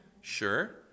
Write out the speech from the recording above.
Sure